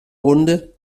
runde